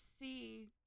see